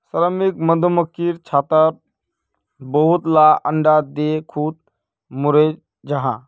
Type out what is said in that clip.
श्रमिक मधुमक्खी छत्तात बहुत ला अंडा दें खुद मोरे जहा